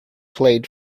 played